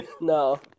No